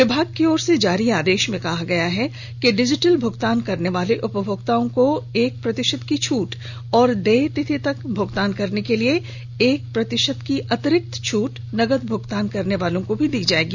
विभाग की ओर से जारी आदेश में बताया गया है कि डिजिटल भुगतान करने वाले उपभोक्ताओं को एक प्रतिशत की छूट और देय तिथि तक भुगतान के लिए एक प्रतिशत की अतिरिक्त छूट नकद भुगतान करने वालों को भी दी जाएगी